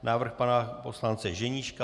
Návrh pana poslance Ženíška.